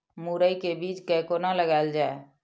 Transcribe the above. मुरे के बीज कै कोना लगायल जाय?